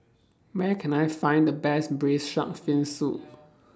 Where Can I Find The Best Braised Shark Fin Soup